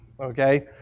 okay